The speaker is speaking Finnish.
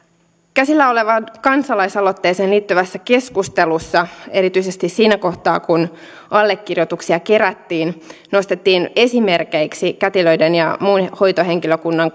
käsillä olevaan kansalaisaloitteeseen liittyvässä keskustelussa erityisesti siinä kohtaa kun allekirjoituksia kerättiin nostettiin esimerkiksi kätilöiden ja muun hoitohenkilökunnan